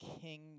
king